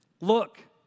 look